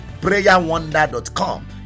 prayerwonder.com